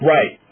Right